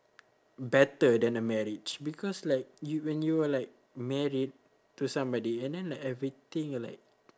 better than a marriage because like you when you are like married to somebody and then like everything uh like